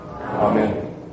Amen